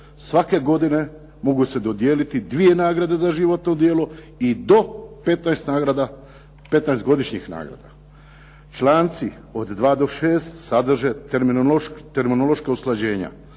Svake godine mogu se dodijeliti dvije nagrade za životno djelo i do 15 nagrada, 15 godišnjih nagrada." Članci od 2. do 6. sadrže terminološka usklađenja.